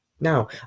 now